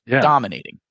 Dominating